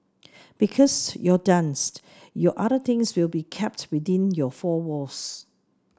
because your dance your other things will be kept within your four walls